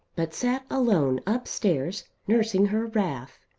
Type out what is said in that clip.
but sat alone upstairs nursing her wrath.